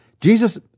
Jesus